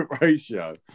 ratio